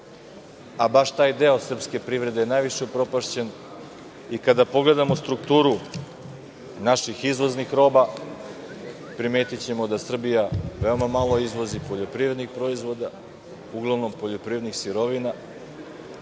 Baš taj deo srpske privrede je najviše upropašćen. Kada pogledamo strukturu naših izvoznih roba, primetićemo da Srbija veoma malo izvozi poljoprivrednih proizvoda, uglavnom poljoprivrednih sirovina.